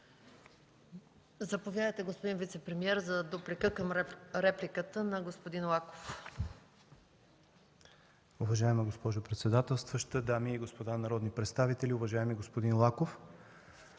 Заповядайте, господин вицепремиер, за дуплика към репликата на господин Лаков.